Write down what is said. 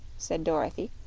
said dorothy.